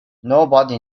nobody